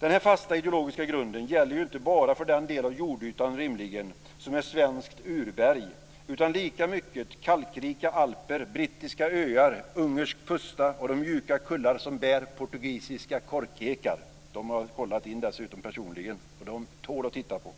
Denna fasta ideologiska grund gäller rimligen inte bara för den del av jordytan som är svenskt urberg utan lika mycket kalkrika alper, brittiska öar, ungersk pusta och de mjuka kullar som bär portugisiska korkekar. Dem har jag dessutom kollat in personligen, och de tål att tittas på!